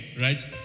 right